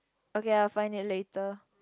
okay I'll find it later